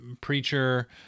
preacher